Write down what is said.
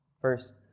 First